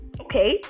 okay